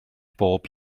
bob